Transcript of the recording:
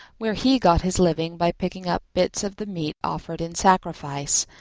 where he got his living by picking up bits of the meat offered in sacrifice,